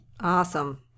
Awesome